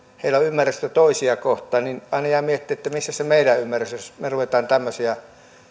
heillä on ymmärrystä toisia kohtaan ja aina jää miettimään missä se meidän ymmärryksemme on jos me rupeamme tämmöisille